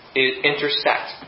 intersect